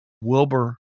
Wilbur